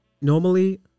normally